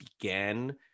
began